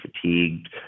fatigued